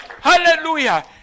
Hallelujah